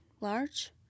large